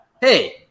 hey